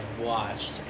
watched